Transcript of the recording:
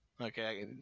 Okay